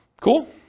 Cool